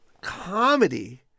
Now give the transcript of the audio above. comedy